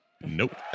Nope